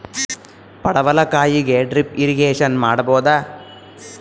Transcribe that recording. ಪಡವಲಕಾಯಿಗೆ drip irrigation ಮಾಡಬೋದ?